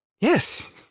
Yes